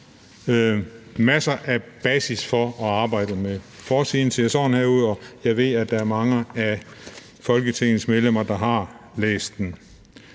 masser af basis for at arbejde med det. Forsiden ser sådan her ud, og jeg ved, at der er mange af Folketingets medlemmer, der har læst den.